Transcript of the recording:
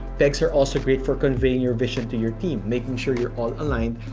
pegs are also great for conveying your vision to your team, making sure you're all aligned,